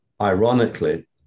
ironically